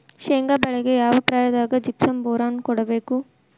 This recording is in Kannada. ಶೇಂಗಾ ಬೆಳೆಗೆ ಯಾವ ಪ್ರಾಯದಾಗ ಜಿಪ್ಸಂ ಬೋರಾನ್ ಕೊಡಬೇಕು?